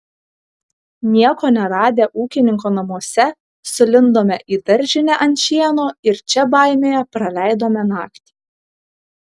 nieko neradę ūkininko namuose sulindome į daržinę ant šieno ir čia baimėje praleidome naktį